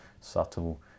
subtle